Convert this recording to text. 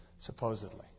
Supposedly